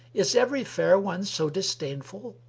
is every fair one so disdainful?